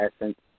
essence